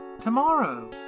Tomorrow